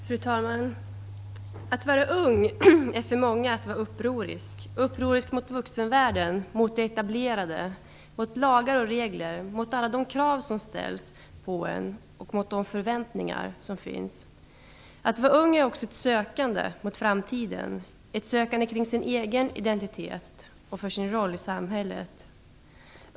Fru talman! Att vara ung är för många att vara upprorisk - upprorisk mot vuxenvärlden, mot det etablerade, mot lagar och regler, mot alla de krav som ställs och förväntningar som finns. Att vara ung är också ett sökande mot framtiden, ett sökande efter den egna identiteten och efter den egna rollen i samhället.